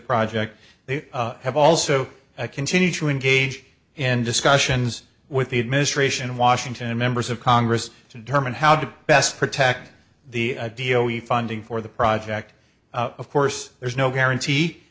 project they have also continue to engage in discussions with the administration in washington and members of congress to determine how to best protect the dio you funding for the project of course there's no guarantee